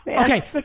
Okay